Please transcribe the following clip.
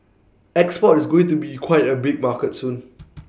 export is going to be quite A big market soon